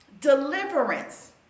deliverance